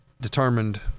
determined